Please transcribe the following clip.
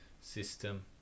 system